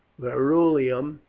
verulamium,